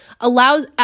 allows